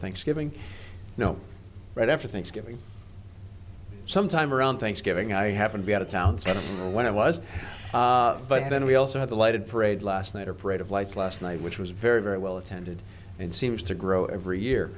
thanksgiving you know right after thanksgiving sometime around thanksgiving i haven't been out of town sort of when it was but then we also had a lighted parade last night a parade of lights last night which was very very well attended and seems to grow every year